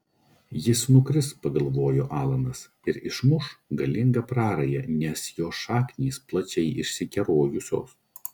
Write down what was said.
jis nukris pagalvojo alanas ir išmuš galingą prarają nes jo šaknys plačiai išsikerojusios